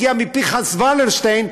הגיע מפנחס ולרשטיין,